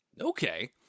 Okay